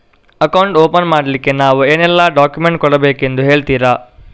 Account open ಮಾಡ್ಲಿಕ್ಕೆ ನಾವು ಏನೆಲ್ಲ ಡಾಕ್ಯುಮೆಂಟ್ ಕೊಡಬೇಕೆಂದು ಹೇಳ್ತಿರಾ?